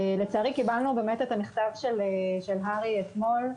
לצערי קיבלנו באמת את המכתב של הר"י אתמול,